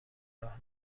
راه